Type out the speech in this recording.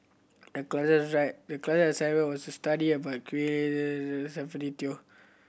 the class the class assignment was to study about Gwee Teo